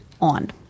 on